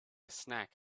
snack